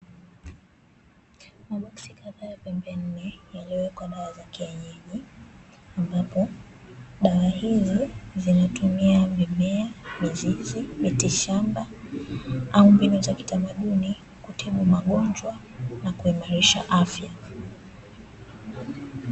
Maboksi kadhaa ya pembe nne yaliyowekwa dawa za kienyeji, ambapo dawa hizi zinatumia mimea, mizizi, mitishamba au mbinu za kitamaduni kutibu magonjwa na kuimarisha afya.